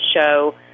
show